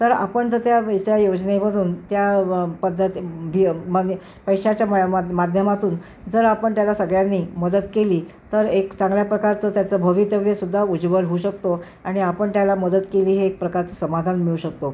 तर आपण जर त्या याच्या योजनेमधून त्या प पद्धत भी मने पैशाच्या मया माध माध्यमातून जर आपण त्याला सगळ्यांनी मदत केली तर एक चांगल्या प्रकारचं त्याचं भवितव्यसुद्धा उज्ज्वल होऊ शकतो आणि आपण त्याला मदत केली हे एक प्रकारचं समाधान मिळू शकतो